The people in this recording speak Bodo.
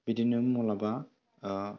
बिदिनो माब्लाबा